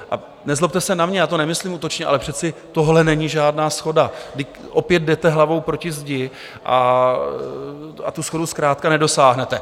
A nezlobte se na mě, já to nemyslím útočně, ale přece tohle není žádná shoda, vždyť opět jdete hlavou proti zdi a tu shodu zkrátka nedosáhnete.